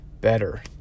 better